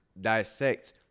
dissect